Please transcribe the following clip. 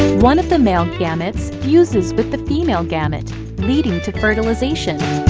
one of the male gametes fuses with the female gamete leading to fertilization.